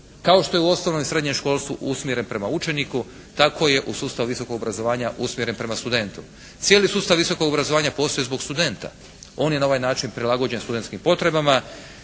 kao što je u osnovnom i srednjem školstvu usmjeren prema učeniku, tako je u sustavu visokog obrazovanja usmjeren prema studentu. Cijeli sustav visokog obrazovanja postoji zbog studenta. On je na ovaj način prilagođen studentskim potrebama.